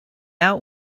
out